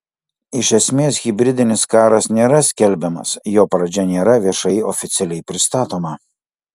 iš esmės hibridinis karas nėra skelbiamas jo pradžia nėra viešai oficialiai pristatoma